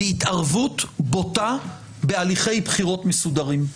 להתערבות בוטה בהליכי בחירות מסודרים.